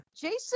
Jason